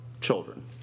children